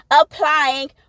applying